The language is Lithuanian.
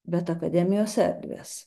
bet akademijose erdvės